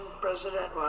President